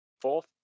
Fourth